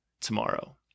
tomorrow